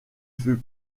fut